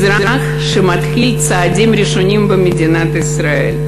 אזרח שמתחיל צעדים ראשונים במדינת ישראל.